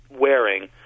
wearing